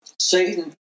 Satan